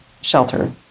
shelter